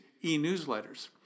e-newsletters